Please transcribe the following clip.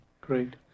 Great